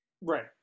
right